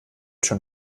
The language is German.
schon